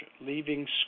leaving